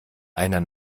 einer